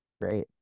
great